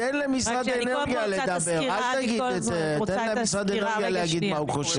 תן למשרד האנרגיה להגיד מה הוא חושב.